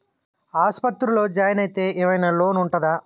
ఆస్పత్రి లో జాయిన్ అయితే ఏం ఐనా లోన్ ఉంటదా?